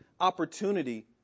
opportunity